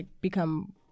become